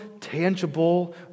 tangible